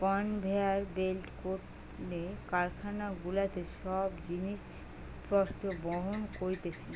conveyor বেল্টে করে কারখানা গুলাতে সব জিনিস পত্র বহন করতিছে